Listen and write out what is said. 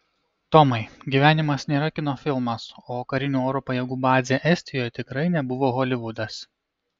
tomai gyvenimas nėra kino filmas o karinių oro pajėgų bazė estijoje tikrai nebuvo holivudas